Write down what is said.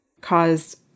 caused